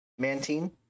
Mantine